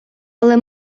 але